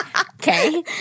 Okay